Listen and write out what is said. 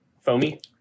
Foamy